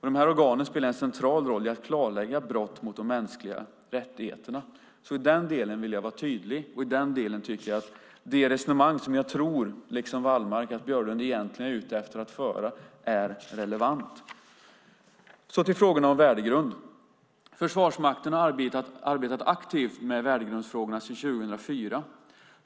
De här organen spelar en central roll i att klarlägga brott mot de mänskliga rättigheterna. I den delen vill jag vara tydlig, och i den delen tycker jag att det resonemang som jag, liksom Wallmark, tror att Björlund egentligen är ute efter att föra är relevant. Så till frågorna om värdegrund. Försvarsmakten har arbetat aktivt med värdegrundsfrågorna sedan 2004.